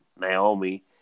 Naomi